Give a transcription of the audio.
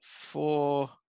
four